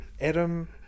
Adam